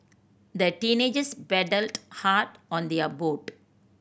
the teenagers paddled hard on their boat